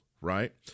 right